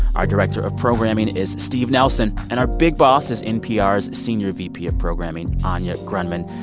our director of programming is steve nelson. and our big boss is npr's senior vp of programming, anya grundman.